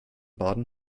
baden